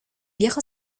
viejo